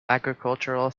agricultural